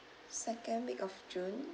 second week of june